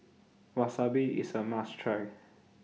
Wasabi IS A must Try